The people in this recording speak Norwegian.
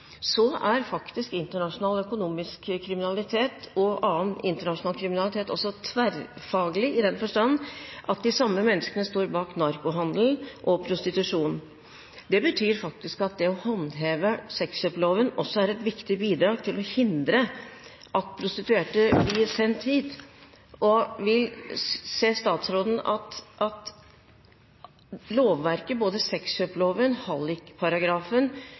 Så er faktisk internasjonal økonomisk kriminalitet og annen internasjonal kriminalitet også tverrfaglig, i den forstand at de samme menneskene står bak narkotikahandel og prostitusjon. Det betyr faktisk at det å håndheve sexkjøpsloven også er et viktig bidrag for å hindre at prostituerte blir sendt hit. Ser statsråden at lovverket – både sexkjøpsloven, hallikparagrafen